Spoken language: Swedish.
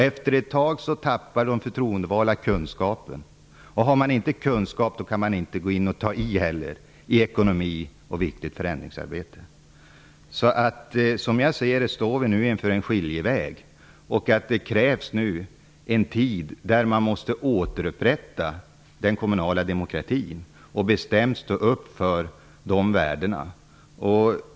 Efter ett tag tappar de förtroendevalda kunskaperna. Har de inte kunskaper kan de inte ta itu med ekonomi och viktigt förändringsarbete. Jag anser att vi står inför en skiljeväg. Den kommunala demokratin måste återupprättas. Vi måste stå för dessa värden.